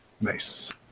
Nice